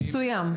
מסוים.